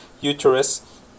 uterus